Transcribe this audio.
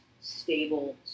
stable